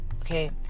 Okay